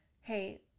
Hey